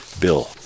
Bill